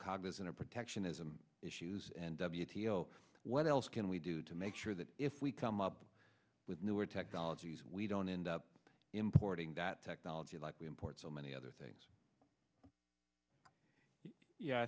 cognizant of protectionism issues and what else can we do to make sure that if we come up with newer technologies we don't end up importing that technology like we import so many other things